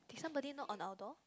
did somebody knock on our door